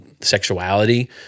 sexuality